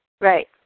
Right